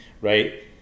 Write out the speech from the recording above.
right